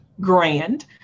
grand